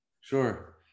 Sure